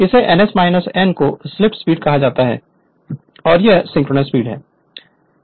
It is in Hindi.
इसे ns n को स्लिप स्पीड कहा जाता है और यह सिंक्रोनस स्पीड है